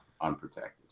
unprotected